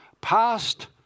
past